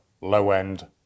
low-end